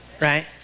Right